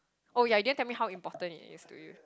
oh ya then tell me how important it is to you